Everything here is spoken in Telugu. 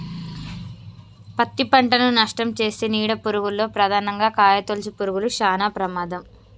పత్తి పంటను నష్టంచేసే నీడ పురుగుల్లో ప్రధానంగా కాయతొలుచు పురుగులు శానా ప్రమాదం